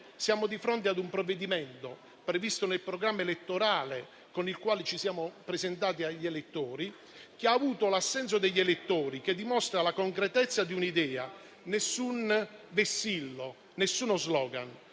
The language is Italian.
invece di fronte ad un provvedimento previsto nel programma elettorale con il quale ci siamo presentati alle elezioni, che ha avuto il consenso degli elettori e che dimostra la concretezza di un'idea (nessun vessillo, nessuno *slogan*).